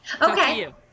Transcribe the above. Okay